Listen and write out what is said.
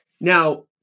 now